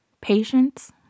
Patience